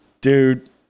Dude